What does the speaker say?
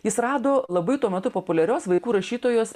jis rado labai tuo metu populiarios vaikų rašytojos